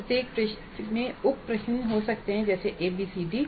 प्रत्येक प्रश्न में उप प्रश्न हो सकते हैं जैसे a b c d